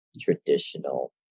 traditional